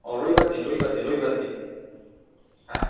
ও রবিবার দিন রবিবার দিন রবিবার দিন হ্যাঁ